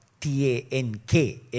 T-A-N-K